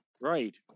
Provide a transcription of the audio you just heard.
Right